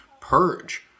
Purge